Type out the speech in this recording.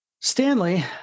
Stanley